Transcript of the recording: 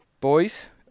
Boys